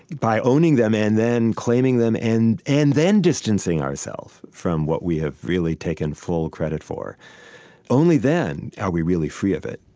by owning them and then claiming them and and then distancing ourselves from what we have really taken full credit for only then are we really free of it